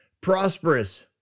prosperous